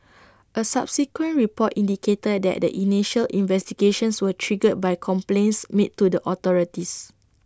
A subsequent report indicated that the initial investigations were triggered by complaints made to the authorities